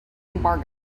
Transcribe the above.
embargo